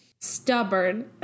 Stubborn